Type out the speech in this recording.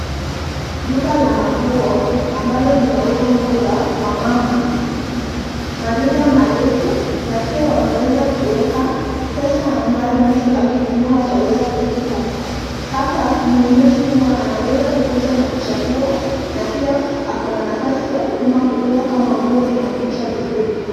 Duka la manguo ambalo linauza nguo za wamama, marinda marefu na pia wameweza kuweka pesa ambayo mtu akinunua ataweza kulipa. Hapa mnunuzi huwa anaweza kukuja na kuchagua na pia ako na nafasi ya kupima kujua kama nguo inamtosha vizuri.